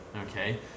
okay